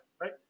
right